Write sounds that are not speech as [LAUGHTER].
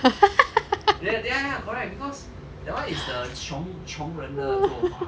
[LAUGHS]